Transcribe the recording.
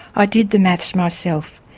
i did the maths myself.